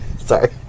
Sorry